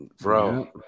Bro